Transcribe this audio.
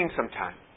sometime